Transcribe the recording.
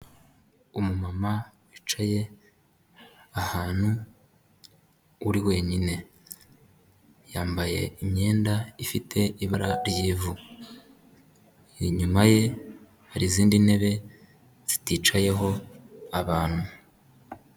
Umu mama wicaye ahantu uri wenyine, yambaye imyenda ifite ibara ry'ivu, inyuma ye hari izindi ntebe ziticayeho abantu.